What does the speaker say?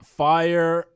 fire